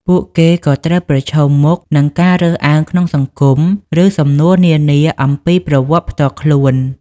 ពួកគេក៏ត្រូវប្រឈមមុខនឹងការរើសអើងក្នុងសង្គម ឬសំណួរនានាអំពីប្រវត្តិផ្ទាល់ខ្លួន។